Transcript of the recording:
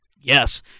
Yes